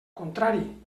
contrari